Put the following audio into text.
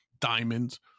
Diamonds